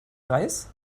reis